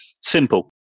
simple